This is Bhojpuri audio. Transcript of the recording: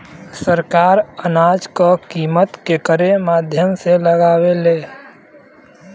सरकार अनाज क कीमत केकरे माध्यम से लगावे ले?